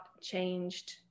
changed